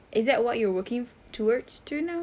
is that what you're working towards to now